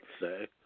say